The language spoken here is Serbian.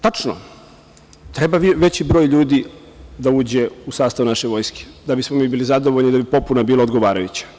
Tačno, treba veći broj ljudi da uđe u sastav naše vojske da bismo mi bili zadovoljni, da bi popuna bila odgovarajuća.